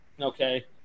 okay